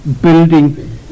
building